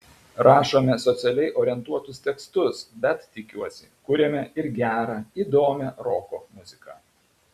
rašome socialiai orientuotus tekstus bet tikiuosi kuriame ir gerą įdomią roko muziką